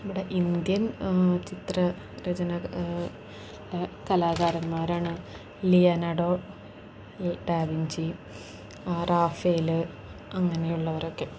നമ്മുടെ ഇന്ത്യൻ ചിത്ര രചന കലാകാരന്മാരാണ് ലിയനാഡോ ഡാവിഞ്ചി റാഫേൽ അങ്ങനെയുള്ളവരൊക്കെ